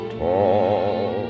tall